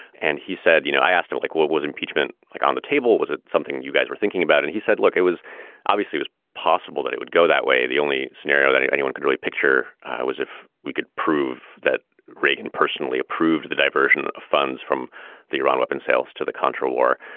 and he said, you know, i asked him, like, what was impeachment like on the table? was it something you guys were thinking about? and he said, look, it was obviously was possible that it would go that way. the only scenario that anyone could really picture was if we could prove that reagan personally approved the diversion of funds from the iran weapons sales to the contra war.